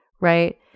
right